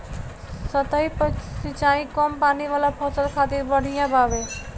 सतही सिंचाई कम पानी वाला फसल खातिर बढ़िया बावे